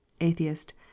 Atheist